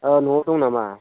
न'आव दं नामा